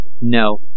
No